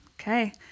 Okay